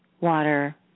water